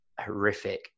horrific